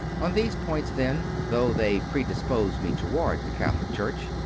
on these points, then, though they predisposed me toward the catholic church,